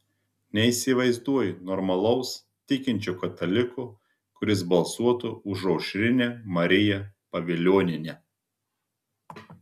neįsivaizduoju normalaus tikinčio kataliko kuris balsuotų už aušrinę mariją pavilionienę